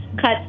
cut